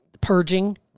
purging